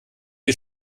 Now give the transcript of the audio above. die